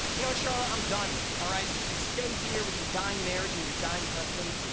you know what charlotte? i'm done, alright? so you could stay here with your dying marriage and your dying husband